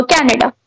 Canada